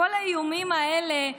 כל האיומים האלה,